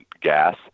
gas